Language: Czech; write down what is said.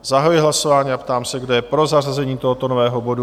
Zahajuji hlasování a ptám se, kdo je pro zařazení tohoto nového bodu?